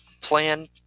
plan